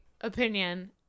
opinion